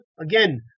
again